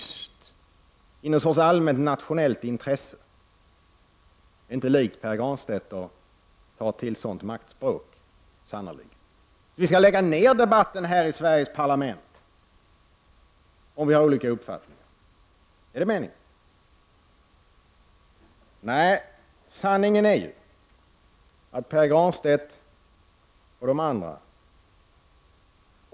1989/90:128 i någon sorts allmänt nationellt intresse. Det är inte likt Pär Granstedt att ta 23 maj 1990 till sådant maktspråk, sannerligen. Så vi skall lägga ner debatten här i Sveriges parlament, om vi har olika uppfattning — är det meningen?